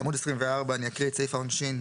עמוד 24, אני אקרא את סעיף העונשין,